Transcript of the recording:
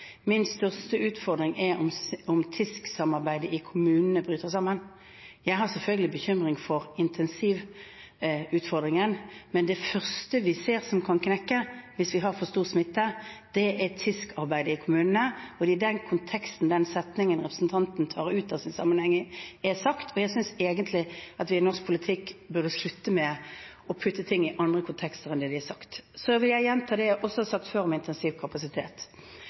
Min største utfordring er om TISK-arbeidet i kommunene bryter sammen. Jeg har selvfølgelig bekymring for intensivutfordringen, men det første vi ser som kan knekke hvis vi har for stor smitte, er TISK-arbeidet i kommunene, og det er i den konteksten den setningen representanten tar ut av sin sammenheng, er sagt. Jeg synes egentlig at vi i norsk politikk burde slutte med å putte ting inn i andre kontekster enn de er sagt i. Så vil jeg gjenta det jeg har sagt før